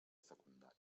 secundària